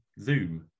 Zoom